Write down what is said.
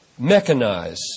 mechanize